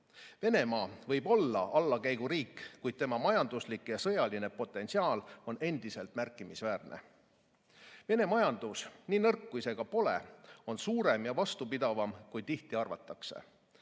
Venemaa võib olla allakäiguriik, kuid tema majanduslik ja sõjaline potentsiaal on endiselt märkimisväärne. Vene majandus, nii nõrk kui see ka pole, on suurem ja vastupidavam, kui tihti arvatakse.